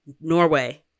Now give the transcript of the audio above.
Norway